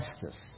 justice